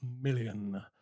million